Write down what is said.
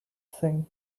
thing